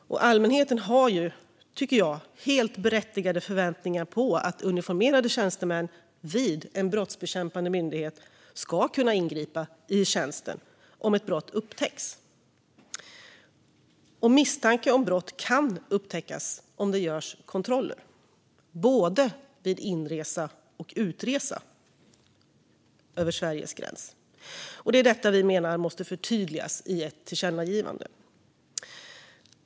Allmänheten har, tycker jag, helt berättigade förväntningar på att uniformerade tjänstemän vid en brottsbekämpande myndighet ska kunna ingripa i tjänsten om ett brott upptäcks. Misstanke om brott kan upptäckas om det görs kontroller både vid inresa och vid utresa över Sveriges gräns. Det är detta vi menar måste förtydligas i ett tillkännagivande.